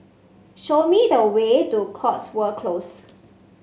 show me the way to Cotswold Close